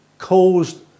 caused